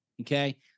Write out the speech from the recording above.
Okay